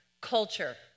culture